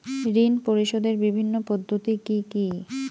ঋণ পরিশোধের বিভিন্ন পদ্ধতি কি কি?